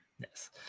Yes